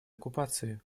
оккупации